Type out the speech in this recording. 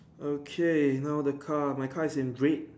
okay now the car my car is in red